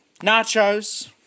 nachos